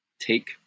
Take